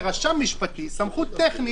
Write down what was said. אפילו הרשמים המשפטיים, שגם הם נושא טכני